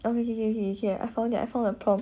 okay okay okay okay I found it I found the prompt